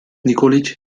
nikoliç